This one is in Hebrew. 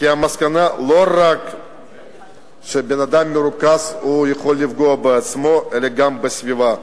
המסקנה היא שבן-אדם לא מרוכז יכול לפגוע לא רק בעצמו אלא גם בסביבה.